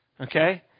Okay